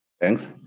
thanks